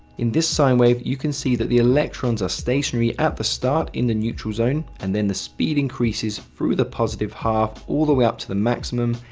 in this sine wave, you can see that the electrons are stationary at the start, in the neutral zone, and then the speed increases through the positive half, all the way up to the maximum,